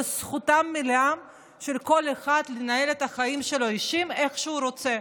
זו זכותו המלאה של כל אחד לנהל את החיים האישיים שלו איך שהוא רוצה.